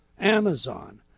Amazon